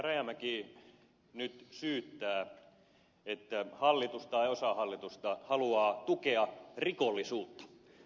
rajamäki nyt syyttää että hallitus tai osa hallitusta haluaa tukea rikollisuutta